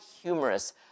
humorous